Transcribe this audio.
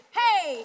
hey